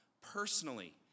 personally